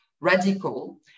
radical